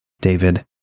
David